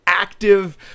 active